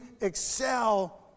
excel